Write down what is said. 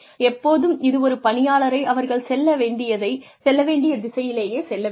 எப்போதும் இது ஒரு பணியாளரை அவர்கள் செல்ல வேண்டிய திசையிலேயே செல்ல வைக்கும்